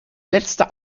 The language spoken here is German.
letzte